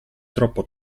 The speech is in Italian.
troppo